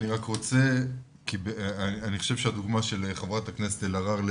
אני חושב שהדוגמה של חברת הכנסת אלהרר משקפת,